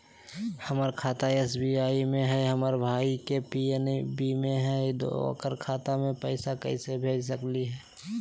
हमर खाता एस.बी.आई में हई, हमर भाई के खाता पी.एन.बी में हई, ओकर खाता में पैसा कैसे भेज सकली हई?